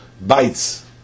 bites